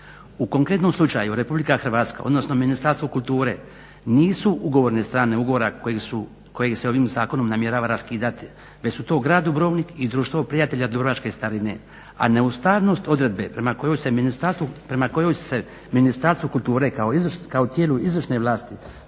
U konkretnom slučaju RH odnosno Ministarstvo kulture nisu ugovorne strane ugovora koji se ovim zakonom namjerava raskidati već su to grad Dubrovnik i društvo prijatelja Dubrovačke starine a neustavnost odredbe prema kojoj se Ministarstvo kulture kao tijelo izvršne vlasti